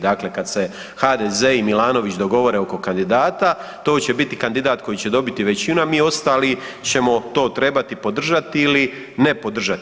Dakle, kad se HDZ i Milanović dogovore oko kandidata to će biti kandidat koji će dobiti većinu, a mi ostali ćemo to trebati podržati ili ne podržati.